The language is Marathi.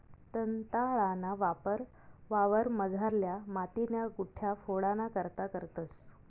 दंताळाना वापर वावरमझारल्या मातीन्या गुठया फोडाना करता करतंस